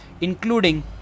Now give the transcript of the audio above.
including